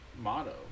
motto